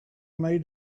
made